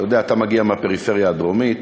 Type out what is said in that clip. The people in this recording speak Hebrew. אתה יודע, אתה מגיע מהפריפריה הדרומית,